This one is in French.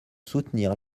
soutenir